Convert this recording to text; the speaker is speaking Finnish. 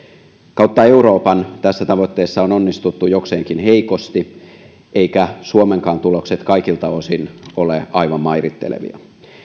kautta euroopan tässä tavoitteessa on onnistuttu jokseenkin heikosti eivätkä suomenkaan tulokset kaikilta osin ole aivan mairittelevia